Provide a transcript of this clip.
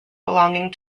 belonging